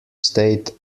state